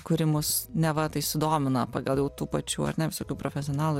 kuri mus neva tai sudomina pagal jau tų pačių ar ne visokių profesionalų